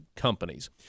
companies